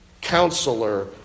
Counselor